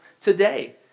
today